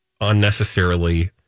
unnecessarily